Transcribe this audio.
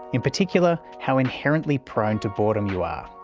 in particular how inherently prone to boredom you ah